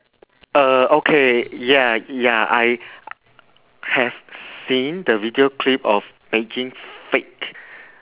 uh okay ya ya I have seen the video clip of making fake